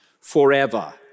forever